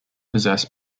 possess